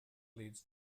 leads